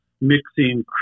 mixing